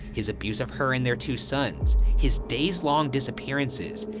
his abuse of her and their two sons, his days long disappearances,